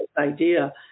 idea